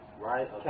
Right